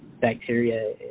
bacteria